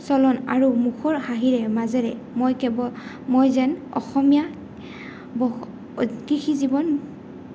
চলন আৰু মুখৰ হাঁহিৰে মাজেৰে মই কেৱল মই যেন অসমীয়া বহুত কৃষি জীৱন